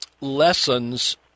lessons